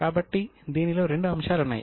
కాబట్టి దీనిలో రెండు అంశాలు ఉన్నాయి